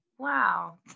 Wow